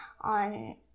on